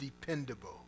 dependable